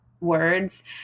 words